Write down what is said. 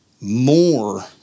more